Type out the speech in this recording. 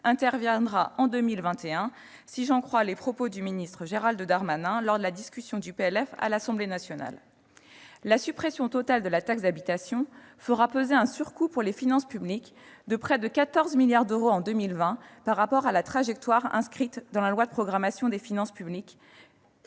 interviendra en 2021, si j'en crois les propos tenus par le ministre Gérald Darmanin lors de la discussion du projet de loi de finances à l'Assemblée nationale. La suppression totale de la taxe d'habitation fera peser sur les finances publiques une surcharge de près de 14 milliards d'euros en 2020 par rapport à la trajectoire inscrite dans la loi de programmation des finances publiques,